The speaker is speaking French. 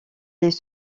les